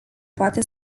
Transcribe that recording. poate